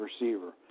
receiver